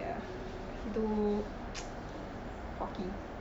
ya too too cocky